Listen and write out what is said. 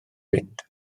fynd